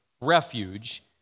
refuge